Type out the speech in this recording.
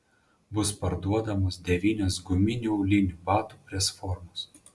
bus parduodamos devynios guminių aulinių batų presformos